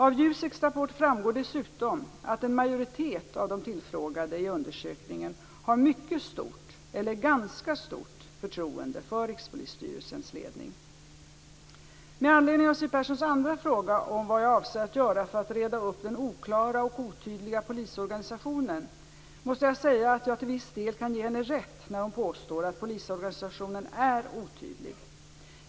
Av JUSEK:s rapport framgår dessutom att en majoritet av de tillfrågade i undersökningen har mycket stort eller ganska stort förtroende för Med anledning av Siw Perssons andra fråga om vad jag avser att göra för att reda upp den oklara och otydliga polisorganisationen, måste jag säga att jag till viss del kan ge henne rätt när hon påstår att polisorganisationen är otydlig.